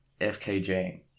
FKJ